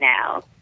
now